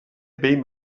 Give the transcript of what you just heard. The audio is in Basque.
behin